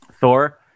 Thor